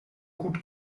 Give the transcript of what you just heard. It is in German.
gut